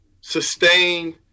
Sustained